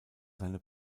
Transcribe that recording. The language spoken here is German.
seine